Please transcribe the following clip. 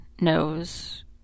knows